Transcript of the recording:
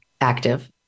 active